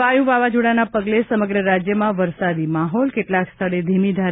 વાયુ વાવાઝોડાના પગલે સમગ્ર રાજ્યમાં વરસાદી માહોલ કેટલાંક સ્થળે ધીમે ધારે